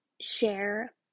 share